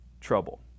trouble